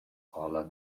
ha’la